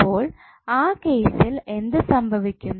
അപ്പോൾ ആ കേസിൽ എന്തു സംഭവിക്കും